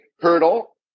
hurdle